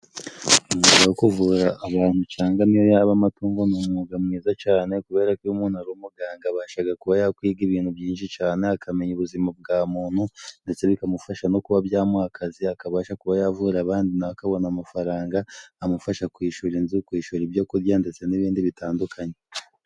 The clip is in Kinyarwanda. Umwuga wo kuvura abantu cangwa niyo yaba amatungo ni umwuga mwiza cane, kubera ko umuntu ari umuganga abashaga kuba yakwiga ibintu byinshi cane, akamenya ubuzima bwa muntu ndetse bikamufasha no kuba byamuha akazi, akabasha kuba yavura abandi akabona amafaranga amufasha kwishura inzu, kwishura ibyo kurya ndetse n'ibindi bitandukanye.